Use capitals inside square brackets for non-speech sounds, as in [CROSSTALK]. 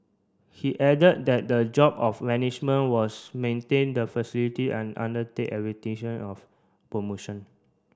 he added that the job of management was maintain the facility and undertake [UNINTELLIGIBLE] of promotion